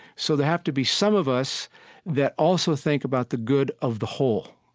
so there have to be some of us that also think about the good of the whole,